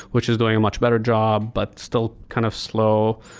which is doing a much better job, but still kind of slow.